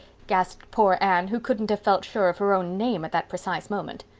gasped poor anne, who couldn't have felt sure of her own name at that precise moment.